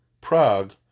Prague